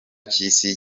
cy’isi